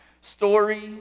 story